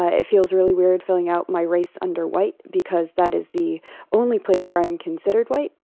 ah it feels really weird filling out my race under white because that is the only place where i'm considered white